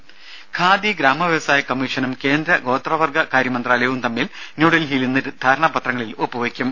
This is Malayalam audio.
രുഭ ഖാദി ഗ്രാമ വ്യവസായ കമ്മീഷനും കേന്ദ്ര ഗോത്രവർഗ്ഗകാര്യ മന്ത്രാലയവും തമ്മിൽ ന്യൂഡൽഹിയിൽ ഇന്ന് രണ്ട് ധാരണ പത്രങ്ങളിൽ ഒപ്പു വെയ്ക്കും